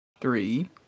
three